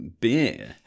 Beer